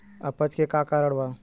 अपच के का कारण बा?